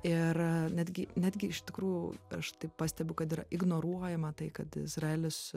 ir netgi netgi iš tikrųjų aš taip pastebiu kad yra ignoruojama tai kad izraelis